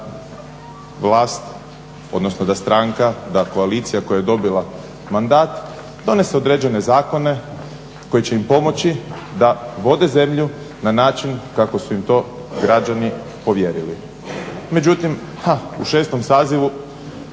vlast, odnosno da stranka, da koalicija koja je dobila mandat donese određene zakone koji će im pomoći da vode zemlju na način kako su im to građani povjerili. Međutim, u šestom sazivu